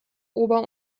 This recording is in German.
ober